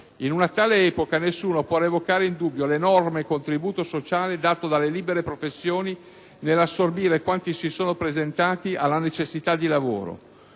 In una tale epoca nessuno può revocare in dubbio l'enorme contributo sociale dato dalle libere professioni nell'assorbire quanti si sono presentati alla necessità di lavoro,